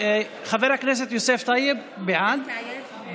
חבר הכנסת יוסף טייב, נגד,